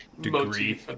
degree